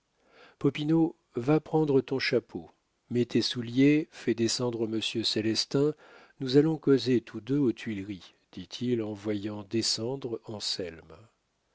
popinot va prendre ton chapeau mets tes souliers fais descendre monsieur célestin nous allons causer tous deux aux tuileries dit-il en voyant descendre